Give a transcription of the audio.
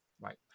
right